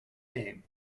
name